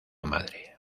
madre